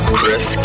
Chris